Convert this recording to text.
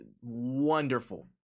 wonderful